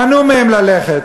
מנעו מהם ללכת.